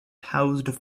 housed